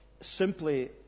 simply